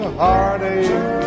heartache